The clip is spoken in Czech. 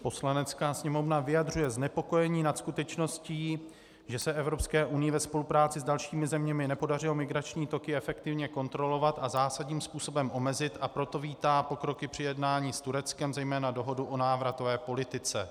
Poslanecká sněmovna vyjadřuje znepokojení nad skutečností, že se Evropské unii ve spolupráci s dalšímu zeměmi nepodařilo migrační toky efektivně kontrolovat a zásadním způsobem omezit, a proto vítá pokroky při jednání s Tureckem, zejména dohodu o návratové politice.